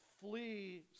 Flee